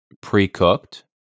pre-cooked